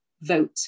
vote